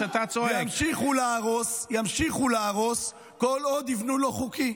ימשיכו להרוס כל עוד יבנו לא חוקי.